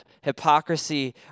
hypocrisy